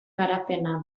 garapena